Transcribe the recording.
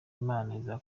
imana